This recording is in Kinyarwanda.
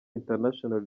international